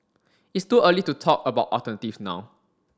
it's too early to talk about alternatives now